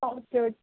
okay